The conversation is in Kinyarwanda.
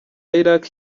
iraq